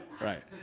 right